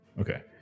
okay